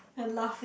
and laughing